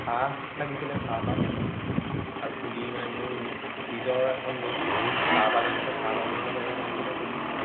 চাহ লাগিছিলে চাহপাত আৰু পুলি মানে মোৰ নিজৰ এখন চাহ বাগান আছে চাহ বাগানৰ বাবে লাগিছিলে পুলি